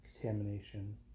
contamination